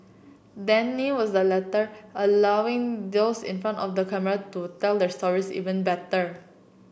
Danny was the latter allowing those in front of the camera to tell their stories even better